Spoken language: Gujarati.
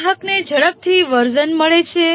ગ્રાહકને ઝડપથી વર્ઝન મળે છે